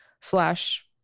slash